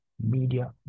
Media